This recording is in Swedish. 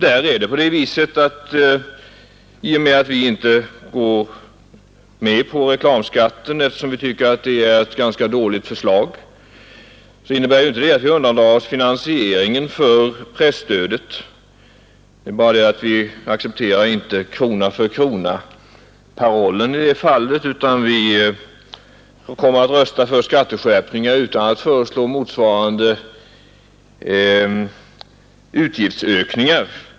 Men det förhållandet att vi inte går med på reklamskatten därför att vi tycker att förslaget är ganska dåligt innebär inte att vi undandrar oss finansieringen av presstödet. Det är bara det att vi inte accepterar parollen ”krona för krona” i det fallet. Vi kommer senare i vår att rösta för skatteskärpningar, utan att föreslå helt motsvarande utgiftsökningar.